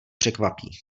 překvapí